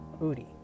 Udi